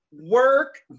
Work